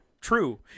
True